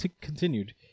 continued